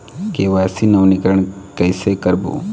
KYC नवीनीकरण कैसे करबो?